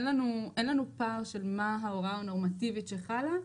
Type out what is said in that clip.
אין לנו פער של מה ההוראה הנורמטיבית שחלה,